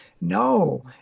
No